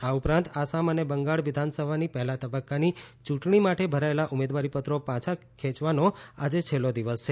આ ઉપરાંત આસામ અને બંગાળ વિધાનસભાની પહેલા તબક્કાની ચૂંટણી માટે ભરાયેલા ઉમેદવારી પત્રો પાછાં ખેંચવાનો આજે છેલ્લો દિવસ છે